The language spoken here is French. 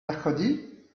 mercredis